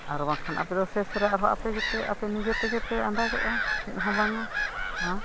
ᱟᱨ ᱵᱟᱝᱠᱷᱟᱱ ᱟᱯᱮ ᱫᱚ ᱥᱮᱥ ᱨᱮ ᱟᱫᱚ ᱟᱯᱮ ᱜᱮᱯᱮ ᱟᱯᱮ ᱱᱤᱡᱮ ᱛᱮᱜᱮᱯᱮ ᱟᱸᱫᱟᱜᱚᱜᱼᱟ ᱪᱮᱫ ᱦᱚᱸ ᱵᱟᱝᱟ